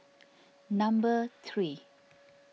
number three